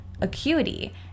Acuity